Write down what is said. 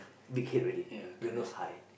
big head already you nose high